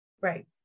Right